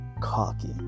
cocky